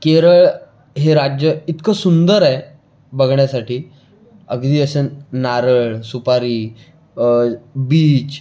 केरळ हे राज्य इतकं सुंदर आहे बघण्यासाठी अगदी असे नारळ सुपारी बीच